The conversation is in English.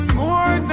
more